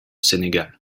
sénégal